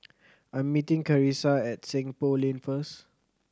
I'm meeting Carissa at Seng Poh Lane first